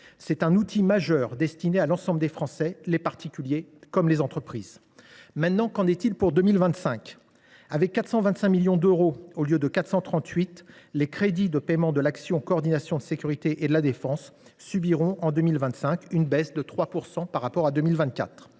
C’est un outil majeur destiné à l’ensemble des Français, particuliers comme entreprises. Maintenant, qu’en est il pour 2025 ? Avec 425 millions d’euros au lieu de 438 millions, les crédits de paiement de l’action n° 02 « Coordination de la sécurité et de la défense » subiront en 2025 une baisse de 3 % par rapport à 2024.